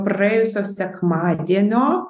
praėjusio sekmadienio a